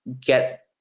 get